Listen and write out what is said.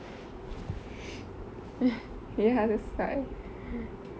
ya that's why